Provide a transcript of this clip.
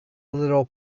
little